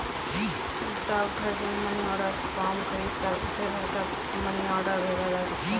डाकघर से money order form खरीदकर उसे भरकर मनी ऑर्डर भेजा जा सकता है